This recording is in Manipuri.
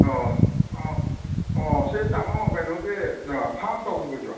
ꯑꯣ ꯑꯣ ꯑꯣ ꯁꯤ ꯇꯥꯃꯣ ꯀꯩꯅꯣꯒꯤ ꯐꯥꯔꯝ ꯇꯧꯕꯤꯕꯗꯨꯔꯥ